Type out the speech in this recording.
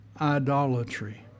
idolatry